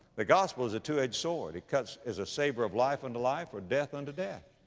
the gospel is a two-edged sword. it cuts as a saber of life unto life or death unto death.